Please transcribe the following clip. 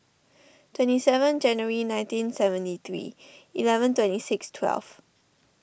twenty seven Jan nineteen seventy three eleven twenty six twelve